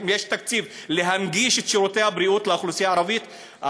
אם יש תקציב להנגיש את שירותי הבריאות לאוכלוסייה הערבית,